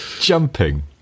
jumping